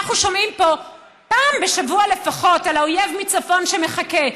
אנחנו שומעים פה פעם בשבוע לפחות על האויב מצפון שמחכה.